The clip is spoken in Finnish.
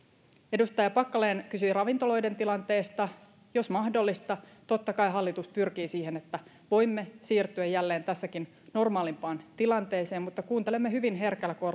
edustaja packalen kysyi ravintoloiden tilanteesta jos mahdollista totta kai hallitus pyrkii siihen että voimme siirtyä jälleen tässäkin normaalimpaan tilanteeseen mutta kuuntelemme hyvin herkällä